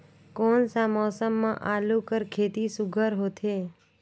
कोन सा मौसम म आलू कर खेती सुघ्घर होथे?